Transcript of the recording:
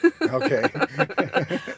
Okay